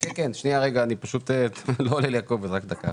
אני מבין פה מעמיתי שיש חשיבות בגלל ה-gray